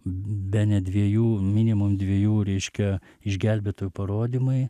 bene dviejų minimum dviejų reiškia išgelbėtojų parodymai